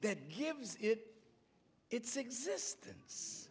that gives it its existence